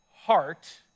heart